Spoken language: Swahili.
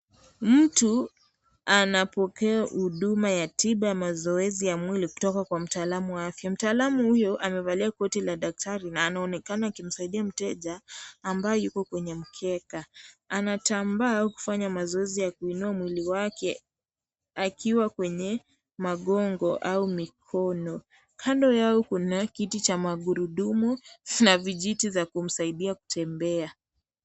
Mtu, anapokeo huduma ya tiba , mazoezi ya mwili kutoka kwa mtaalamu wa afya. Mtaalamu huyo, amevaa koti la daktari na anaonekana akimsaidia mteja, ambaye yuko kwenye mkeka. Anatambaa au kufanya mazoezi ya kuinua mwili wake akiwa kwenye magongo au mikono. Kando yao kuna kiti cha magurudumu na vijiti za kumsaidia kutembea.